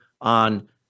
on